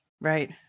Right